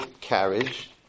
carriage